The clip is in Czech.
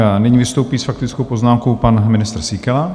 A nyní vystoupí s faktickou poznámkou pan ministr Síkela.